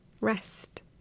rest